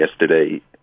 yesterday